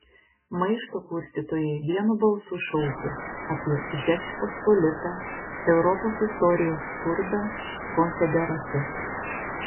maišto kurstytojai vienu balsu šaukė apie žečpospolitą europos istorijos skurdą konfederatus